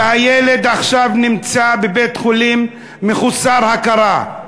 הילד עכשיו נמצא בבית-חולים מחוסר הכרה.